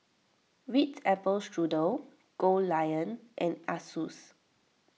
Ritz Apple Strudel Goldlion and Asus